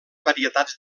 varietats